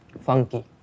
Funky